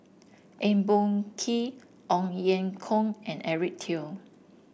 Eng Boh Kee Ong Ye Kung and Eric Teo